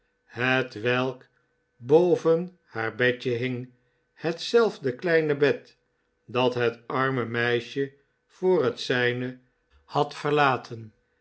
hetwelk boven haar bedje hing hetzelfde kleine bed dat het arme meisje voor het zijne had verlaten